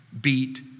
beat